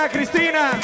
Cristina